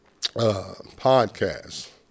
podcast